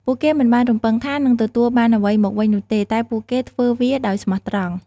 ពួកគេមិនបានរំពឹងថានឹងទទួលបានអ្វីមកវិញនោះទេ តែពួកគេធ្វើវាដោយស្មោះត្រង់។